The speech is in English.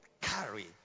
carry